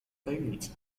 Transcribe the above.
tajemnica